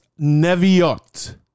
Neviot